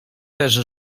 też